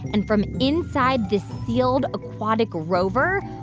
and from inside this sealed aquatic rover,